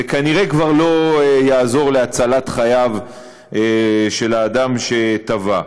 זה כנראה כבר לא יעזור להצלת חייו של האדם שטבע.